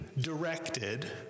directed